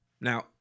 Now